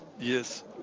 yes